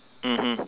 mmhmm